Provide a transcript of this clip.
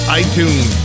iTunes